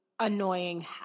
annoying